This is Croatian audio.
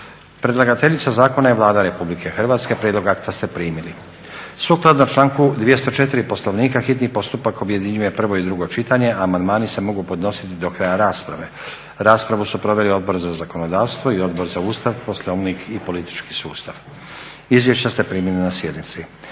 Predlagateljica zakona je Vlada RH. Prijedlog akta ste primili. Sukladno članku 204. Poslovnika, hitni postupak objedinjuje prvo i drugo čitanja, a amandmani se mogu podnositi do kraja rasprave. Raspravu su proveli Odbor za zakonodavstvo i Odbor za Ustav, Poslovnik i politički sustav. Izvješća ste primili na sjednici.